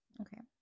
Okay